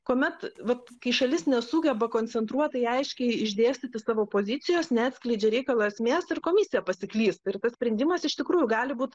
kuomet vat kai šalis nesugeba koncentruotai aiškiai išdėstyti savo pozicijos neatskleidžia reikalo esmės ir komisija pasiklysta ir tas sprendimas iš tikrųjų gali būt